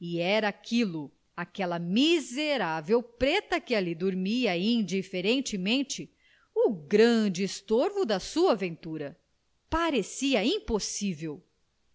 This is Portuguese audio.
e era aquilo aquela miserável preta que ali dormia indiferentemente o grande estorvo da sua ventura parecia impossível